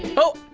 oh,